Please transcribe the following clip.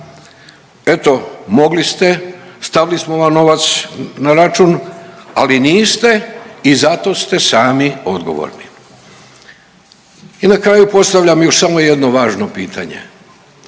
eto mogli ste, stavili smo vam novac na račun, ali niste i zato ste sami odgovorni. I na kraju postavljam još samo jedno važno pitanje.